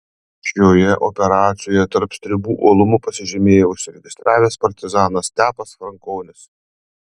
šioje operacijoje tarp stribų uolumu pasižymėjo užsiregistravęs partizanas stepas frankonis